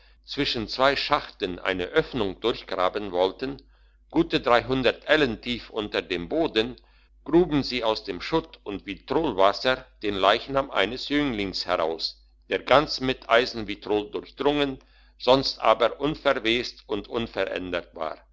zwischen zwei schachten eine öffnung durchgraben wollten gute dreihundert ellen tief unter dem boden gruben sie aus dem schutt und vitriolwasser den leichnam eines jünglings heraus der ganz mit eisenvitriol durchdrungen sonst aber unverwest und unverändert war